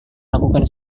lakukan